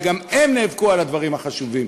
וגם הם נאבקו על הדברים החשובים.